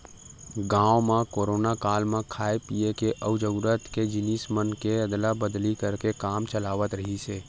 गाँव म कोरोना काल म खाय पिए के अउ जरूरत के जिनिस मन के अदला बदली करके काम चलावत रिहिस हे